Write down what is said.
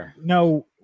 no